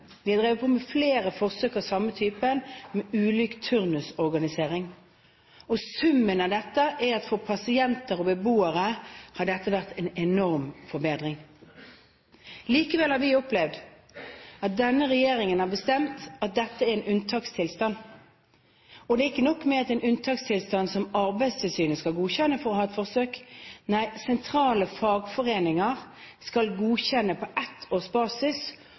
vi opplevd at denne regjeringen har bestemt at dette er en unntakstilstand, og det er ikke nok med at det er en unntakstilstand som Arbeidstilsynet skal godkjenne for å ha et forsøk, nei, sentrale fagforeninger skal godkjenne på ett års basis